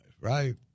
right